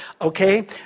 okay